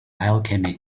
alchemy